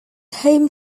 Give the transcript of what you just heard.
home